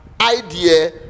idea